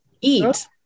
eat